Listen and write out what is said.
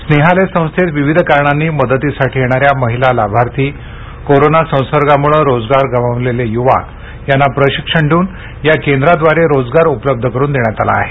स्नेहालय संस्थेत विविध कारणांनी मदतीसाठी येणाऱ्या महिला लाभार्थी कोरोना संसर्गामूळे रोजगार गमावलेले यूवा यांना प्रशिक्षण देऊन या केंद्राद्वारे रोजगार उपलब्ध करुन देण्यात आला आहे